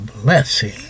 blessing